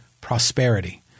prosperity